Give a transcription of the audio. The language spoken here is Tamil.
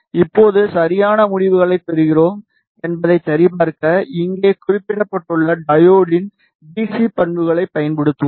இப்போது சரியான முடிவுகளைப் பெறுகிறோம் என்பதைச் சரிபார்க்க இங்கே குறிப்பிடப்பட்டுள்ள டையோட்டின் டிசி பண்புகளைப் பயன்படுத்துவோம்